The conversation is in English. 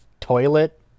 toilet